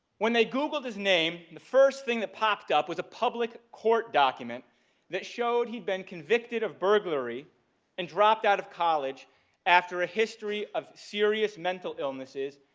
when they googled his name the first thing that popped up was a public court document that showed he'd been convicted of burglary and dropped out of college after a history of serious mental illnesses,